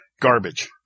Garbage